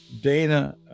Dana